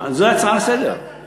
זוהי הצעה לסדר-היום.